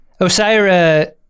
Osira